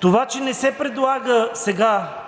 Това че не се предлага сега